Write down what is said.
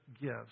gifts